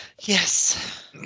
Yes